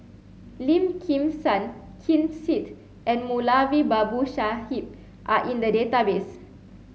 Lim Kim San Ken Seet and Moulavi Babu Sahib are in the database